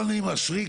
יכול להיות שזה קרה